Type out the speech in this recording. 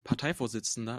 parteivorsitzender